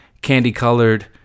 candy-colored